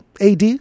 AD